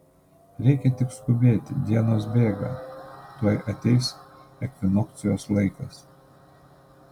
reikia tik skubėti dienos bėga tuoj ateis ekvinokcijos laikas